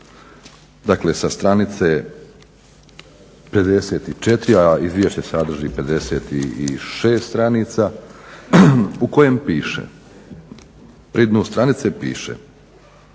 Dakle, sa stranice 54, a i Vijeće sadrži 56 stranica u kojem piše, pri dnu stranice piše.